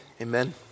Amen